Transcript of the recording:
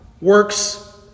works